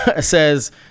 says